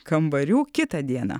kambarių kitą dieną